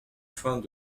fins